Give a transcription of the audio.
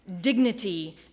dignity